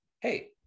hey